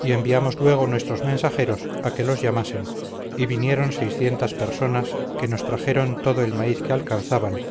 y enviamos luego nuestros mensajeros a que los llamasen y vinieron seiscientas personas que nos trajeron todo el maíz que alcanzaban